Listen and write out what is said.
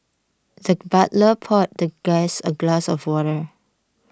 the butler poured the guest a glass of water